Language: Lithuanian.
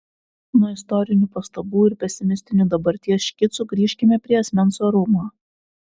nuo istorinių pastabų ir pesimistinių dabarties škicų grįžkime prie asmens orumo